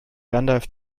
gandalf